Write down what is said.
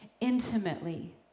intimately